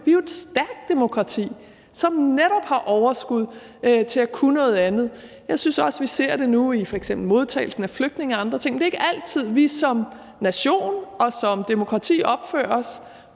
Vi er jo et stærkt demokrati, som netop har overskud til at kunne noget andet. Jeg synes også, at vi ser det nu i f.eks. modtagelsen af flygtninge og andre ting. Det er ikke altid, at vi som nation og som demokrati opfører os